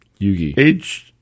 Yugi